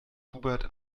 hubert